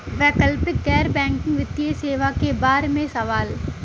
वैकल्पिक गैर बैकिंग वित्तीय सेवा के बार में सवाल?